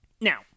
Now